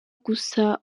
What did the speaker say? gusa